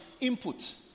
input